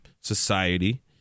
society